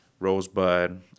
Rosebud